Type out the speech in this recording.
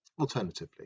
Alternatively